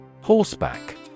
Horseback